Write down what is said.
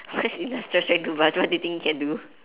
what's industrial strength toothbrush what do you think it can do